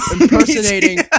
impersonating